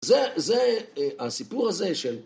זה, זה... הסיפור הזה של...